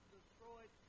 destroyed